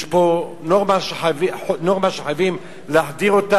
יש פה נורמה שחייבים להחדיר,